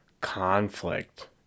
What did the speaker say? conflict